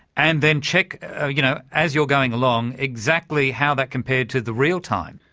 and then check ah you know as you're going along, exactly how that compared to the real time.